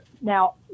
Now